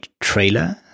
trailer